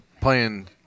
playing